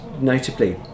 notably